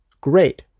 great